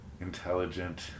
intelligent